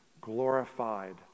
glorified